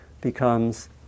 becomes